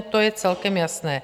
To je celkem jasné.